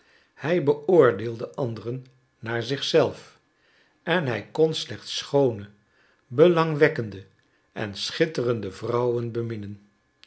hij beoordeelde anderen naar zich zelf en hij kon slechts schoone belangwekkende en schitterende vrouwen